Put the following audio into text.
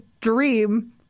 dream